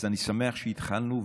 אז אני שמח שהתחלנו,